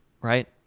right